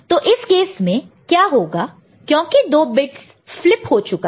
तो इस केस में क्या होगा क्योंकि 2 बिट्स फ्लिप हो चुका है